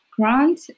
grant